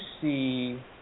see